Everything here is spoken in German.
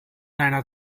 einer